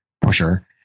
pusher